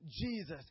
Jesus